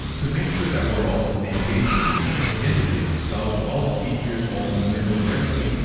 to make sure that we're all on the same page with the interface itself with all its features all the windows, everything,